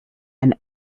and